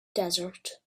desert